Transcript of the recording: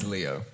Leo